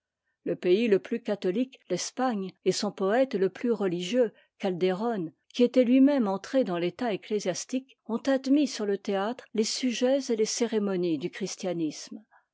le pays le plus catholique l'espagne et son poëte le plus religieux catdéron qui était lui-même entré dans t'état ecclésiastique ont admis sur le théâtre les sujets et les cérémonies du christianisme